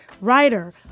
writer